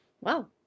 wow